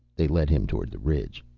they led him toward the ridge.